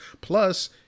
plus